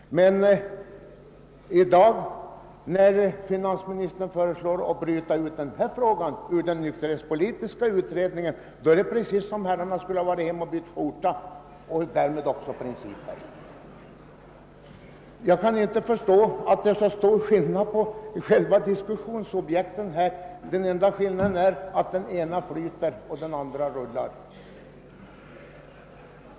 Men i dag, när finansministern föreslår att den fråga som nu föreligger till behandling bryts ut ur den nykterhetspolitiska utredningen, är det som om herrarna varit hemma och bytt skjorta och därmed också principer. Jag kan inte förstå att det är så stor skillnad på diskussionsobjekten — den enda skillnaden är att det ena flyter och det andra rullar.